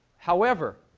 however,